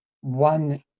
one